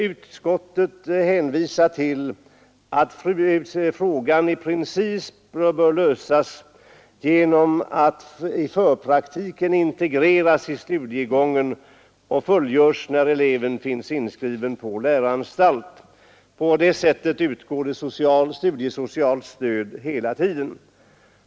Utskottet hänvisar till att frågan i princip bör lösas genom att förpraktiken integreras i studiegången och fullgörs när eleven finns inskriven på läroanstalt. På det sättet utgår det studiesocialt stöd hela tiden.